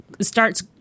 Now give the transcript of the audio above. starts